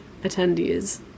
attendees